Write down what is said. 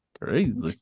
Crazy